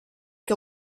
que